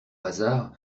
hasard